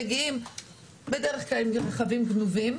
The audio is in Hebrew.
מגיעים בדרך כלל עם רכבים גנובים.